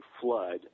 flood